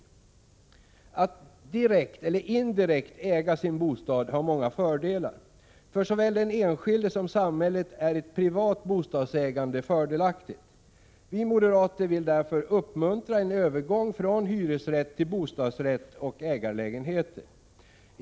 Att direkt eller indirekt äga sin bostad har många fördelar. För såväl den enskilde som samhället är ett privat bostadsägande fördelaktigt. Vi moderater vill därför uppmuntra en övergång från hyresrätt till bostadsrätt och ägarlägenheter.